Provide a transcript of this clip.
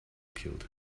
killed